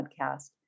podcast